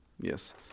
Yes